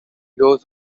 goes